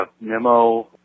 Nemo